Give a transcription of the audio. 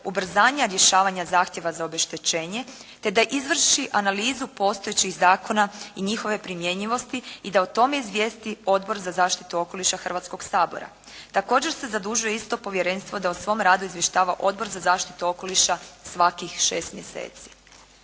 ubrzanja rješavanja zahtjeva za obeštećenje te da izvrši analizu postojećih zakona i njihove primjenjivosti i da o tome izvijesti Odbor za zaštitu okoliša Hrvatskoga sabora. Također se zadužuje isto povjerenstvo da o svom radu izvještava Odbor za zaštitu okoliša svakih šest mjeseci.